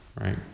Right